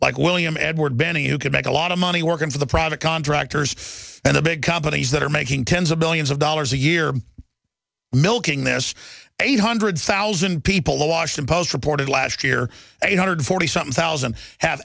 like william edward benning who could make a lot of money working for the private contractors and the big companies that are making tens of billions of dollars a year milking this eight hundred thousand people the washington post reported last year eight hundred forty something thousand have